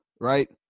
right